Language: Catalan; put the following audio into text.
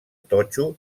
totxo